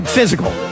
Physical